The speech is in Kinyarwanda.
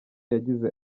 yagize